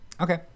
Okay